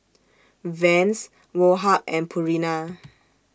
Vans Woh Hup and Purina